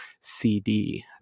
CD